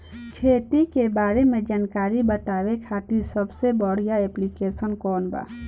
खेती के बारे में जानकारी बतावे खातिर सबसे बढ़िया ऐप्लिकेशन कौन बा?